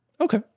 Okay